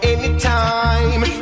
Anytime